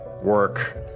work